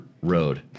road